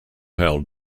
held